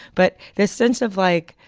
but this sense of like,